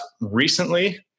recently